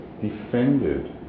defended